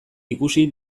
ikusi